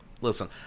Listen